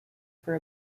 for